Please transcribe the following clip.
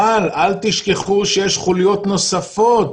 אבל אל תשכחו שיש חוליות נוספות,